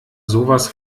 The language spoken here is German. sowas